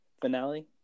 finale